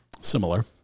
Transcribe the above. Similar